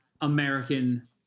american